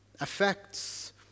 affects